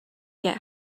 get